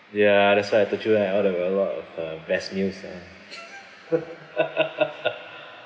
ya that's why I told you right I have a lot of uh best meals ah